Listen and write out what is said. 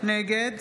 נגד